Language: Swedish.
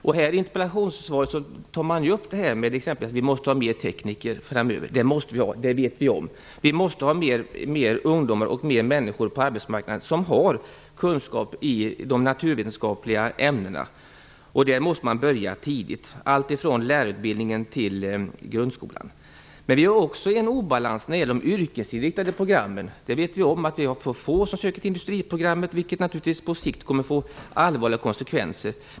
I interpellationssvaret sägs det att vi måste ha fler tekniker framöver. Det måste vi ha; det vet vi om. Det måste finnas fler människor på arbetsmarknaden som har kunskap i de naturvetenskapliga ämnena. Man måste börja tidigt, alltifrån lärarutbildningen till grundskolan. Det finns också en obalans när det gäller de yrkesinriktade programmen. Vi vet att det är för få som söker till industriprogrammet, vilket naturligtvis på sikt kommer att få allvarliga konsekvenser.